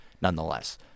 nonetheless